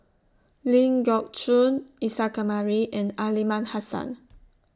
Ling Geok Choon Isa Kamari and Aliman Hassan